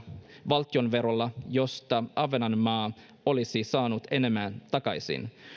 valtionverolla josta ahvenanmaa olisi saanut enemmän takaisin